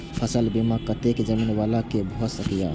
फसल बीमा कतेक जमीन वाला के भ सकेया?